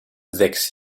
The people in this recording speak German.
sechs